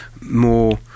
more